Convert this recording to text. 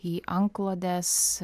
į antklodes